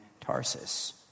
Tarsus